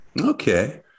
Okay